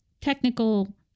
technical